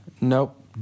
Nope